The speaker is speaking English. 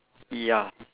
ya